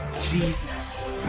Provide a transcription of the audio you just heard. Jesus